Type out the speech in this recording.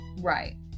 Right